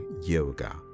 yoga